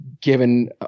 given